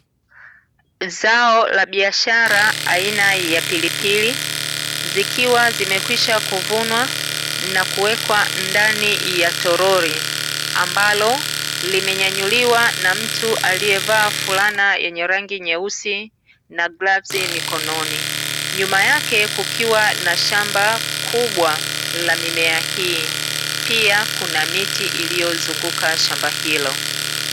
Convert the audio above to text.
Zao la biashara aina ya pilipili, zikiwa zimeshakwisha kuvunwa na kuwekwa ndani ya toroli ambalo limenyanyuliwa na mtu alievaa fulana yenye rangi nyeusi na glovusi mikononi, nyuma yake kukiwa na shamba kubwa la mimea hii, pia kuna miti iliyozunguka shamba hilo.